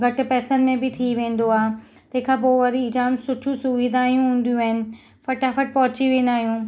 घटि पैसनि में बि थी वेंदो आहे तंहिं खां पोइ वरी जामु सुठियूं सुविधाऊं हूंदियूं आहिनि फटाफटि पहुची वेंदा आहियूं